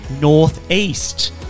northeast